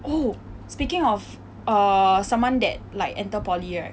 oh speaking of err someone that like enter poly right